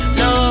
no